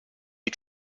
you